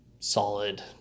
Solid